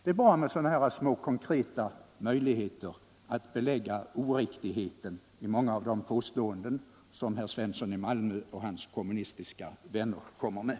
Det är bra med sådana här möjligheter att belägga oriktigheten i många av de påståenden som herr Svensson och hans kommunistiska vänner kommer med.